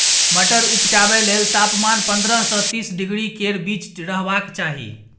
मटर उपजाबै लेल तापमान पंद्रह सँ तीस डिग्री केर बीच रहबाक चाही